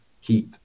heat